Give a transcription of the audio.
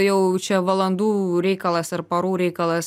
jau čia valandų reikalas ar parų reikalas